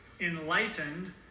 enlightened